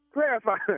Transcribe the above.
Clarify